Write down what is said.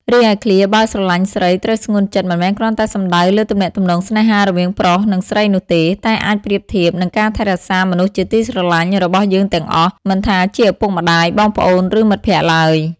រីឯឃ្លា បើស្រឡាញ់ស្រី ត្រូវស្ងួនចិត្ត មិនមែនគ្រាន់តែសំដៅលើទំនាក់ទំនងស្នេហារវាងប្រុសនិងស្រីនោះទេ តែអាចប្រៀបបាននឹងការថែរក្សាមនុស្សជាទីស្រឡាញ់របស់យើងទាំងអស់ មិនថាជាឪពុកម្តាយ បងប្អូន ឬមិត្តភក្តិឡើយ។